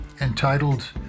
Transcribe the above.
entitled